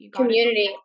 community